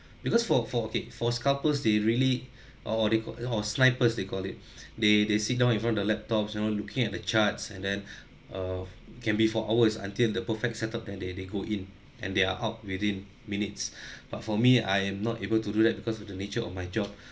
because for for okay for scalpers they really what what they call oh snipers they call it they they sit down in front the laptops you know looking at the charts and then err can be for hours until the perfect setup then they they go in and they're out within minutes but for me I am not able to do that because of the nature of my job